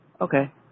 Okay